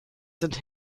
sind